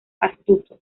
astuto